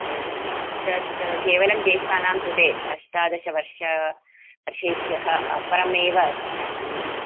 तत् केवलं ज्येष्ठानां कृते अष्टादश वर्षं वर्षेभ्यः परमेव अस्ति